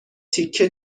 تیکه